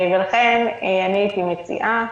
ולכן הייתי מציעה,